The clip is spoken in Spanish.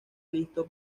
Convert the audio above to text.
listo